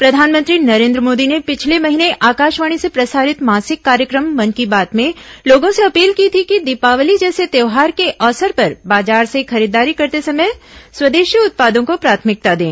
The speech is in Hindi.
प्रधानमंत्री नरेन्द्र मोदी ने पिछले महीने आकाशवाणी से प्रसारित मासिक कार्यक्रम मन की बात में लोगों से अपील की थी कि दीपावली जैसे त्योहार के अवसर पर बाजार से खरीदारी करते समय स्वादेशी उत्पादों को प्राथमिकता दें